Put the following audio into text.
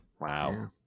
wow